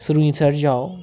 सुरिंसर जाओ